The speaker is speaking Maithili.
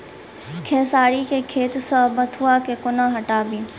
खेसारी केँ खेत सऽ बथुआ केँ कोना हटाबी